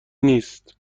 نیست